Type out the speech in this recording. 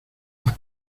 las